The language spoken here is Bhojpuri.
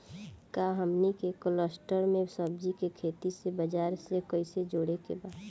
का हमनी के कलस्टर में सब्जी के खेती से बाजार से कैसे जोड़ें के बा?